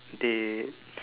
they